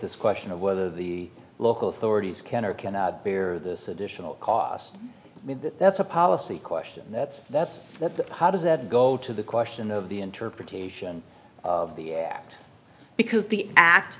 this question of whether the local authorities can or can't bear this additional cost that's a policy question that that's what how does that go to the question of the interpretation because the act